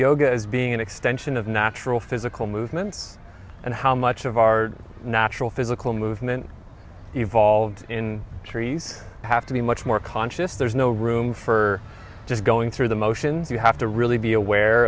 yoga as being an extension of natural physical movements and how much of our natural physical movement evolved in trees have to be much more conscious there's no room for just going through the motions you have to really be aware